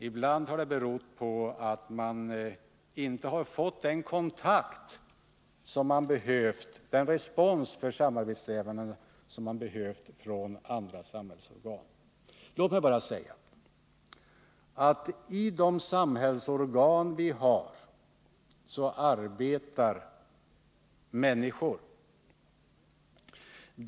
Ibland har det berott på att man inte har fått den kontakt som man behövt eller inte fått den respons för samarbetssträvandena som man behövt från andra samhällsorgan. Låt mig bara säga att i de samhällsorgan vi har arbetar människor.